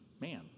man